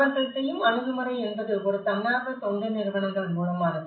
அவர்கள் செய்யும் அணுகுமுறை என்பது ஒரு தன்னார்வ தொண்டு நிறுவனங்கள் மூலமானது